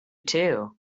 too